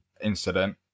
incident